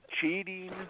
cheating